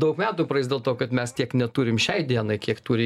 daug metų praeis dėl to kad mes tiek neturim šiai dienai kiek turi